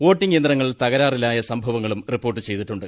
voting യന്ത്രങ്ങൾ തകരാറിലായ സംഭവങ്ങളും റിപ്പോർട്ട് ചെയ്തിട്ടുണ്ട്